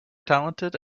talented